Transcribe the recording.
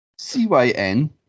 CYN